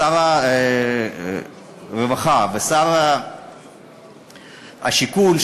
שר הרווחה ושר הבינוי והשיכון,